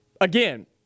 again